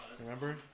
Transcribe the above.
Remember